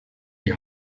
die